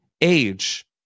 age